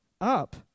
up